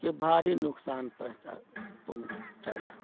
के भारी नुकसान पहुँचेलाह